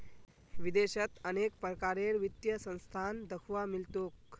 विदेशत अनेक प्रकारेर वित्तीय संस्थान दख्वा मिल तोक